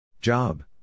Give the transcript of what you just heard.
Job